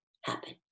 happen